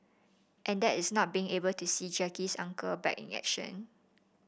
and that is not being able to see Jackie's uncle back in action